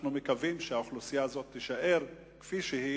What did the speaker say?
אנחנו מקווים שהאוכלוסייה הזאת תישאר כפי שהיא